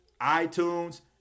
itunes